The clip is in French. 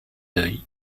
d’œil